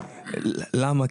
למה?